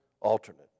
alternate